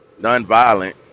nonviolent